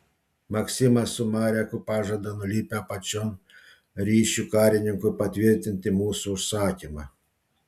maksimas su mareku pažada nulipę apačion ryšių karininkui patvirtinti mūsų užsakymą